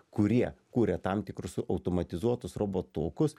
kurie kuria tam tikrus automatizuotus robotukus